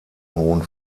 hohen